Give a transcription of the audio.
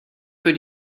für